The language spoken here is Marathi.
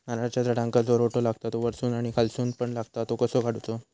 नारळाच्या झाडांका जो रोटो लागता तो वर्सून आणि खालसून पण लागता तो कसो काडूचो?